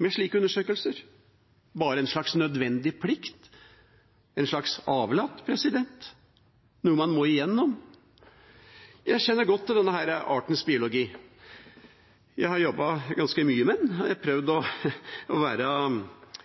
med slike undersøkelser? Er de bare en slags nødvendig plikt, en slags avlat, noe man må gjennom? Jeg kjenner godt til denne artens biologi. Jeg har jobbet ganske mye med den og har prøvd å være